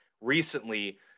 recently